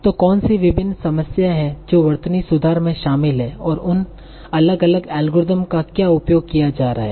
तो कौन सी विभिन्न समस्याएं हैं जो वर्तनी सुधार में शामिल हैं और उन अलग अलग एल्गोरिदम का क्या उपयोग किया जा रहा है